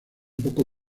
poco